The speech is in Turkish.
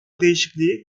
değişikliği